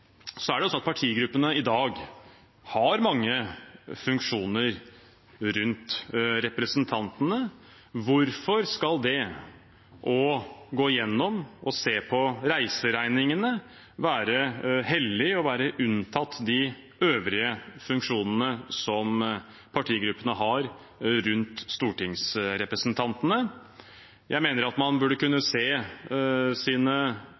er det sånn at partigruppene i dag har mange funksjoner rundt representantene. Hvorfor skal det å gå gjennom og se på reiseregningene være hellig og unntatt de øvrige funksjonene som partigruppene har rundt stortingsrepresentantene? Jeg mener at man burde kunne